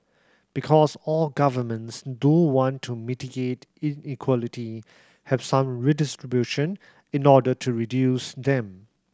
because all governments do want to mitigate inequality have some redistribution in order to reduce them